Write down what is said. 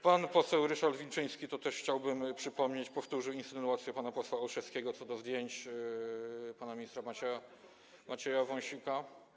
Pan poseł Ryszard Wilczyński, to też chciałbym przypomnieć, powtórzył insynuacje pana posła Olszewskiego co do zdjęć pana ministra Macieja Wąsika.